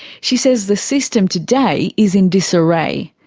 she says the system today is in disarray.